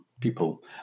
people